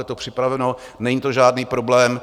Bude to připraveno, není to žádný problém.